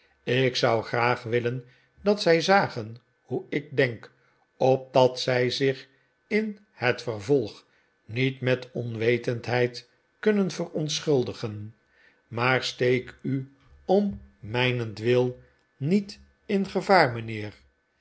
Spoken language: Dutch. ik zou graag willen dat zij zagen hoe ik denk opdat zij zich in het vervolg niet met onwetendheid kunnen verontschuldigen maar steek u om mijnentwil niet in gevaar mijnheer